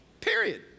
period